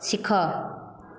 ଶିଖ